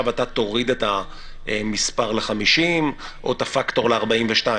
תוריד את המספר ל-50 או את הפקטור ל-42.